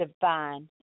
divine